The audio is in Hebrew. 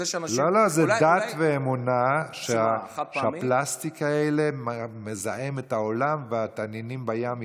זאת דת ואמונה שהפלסטיק הזה מזהם את העולם והתנינים בים ייחנקו.